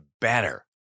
better